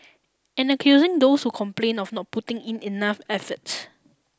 and accusing those who complain of not putting in enough effort